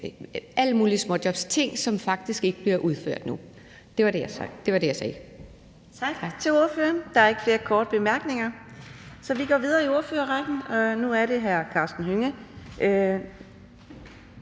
alle mulige småjobs, altså ting, som faktisk ikke bliver udført nu. Det var det, jeg sagde.